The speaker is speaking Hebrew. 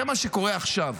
זה מה שקורה עכשיו.